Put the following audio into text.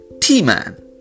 T-Man